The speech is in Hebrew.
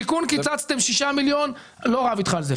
בשיכון קיצצתם 6 מיליון, אני לא רב אתך על זה.